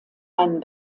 einen